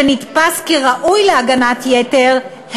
שנתפס כראוי להגנת יתר,